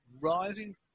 rising